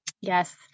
yes